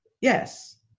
yes